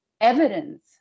evidence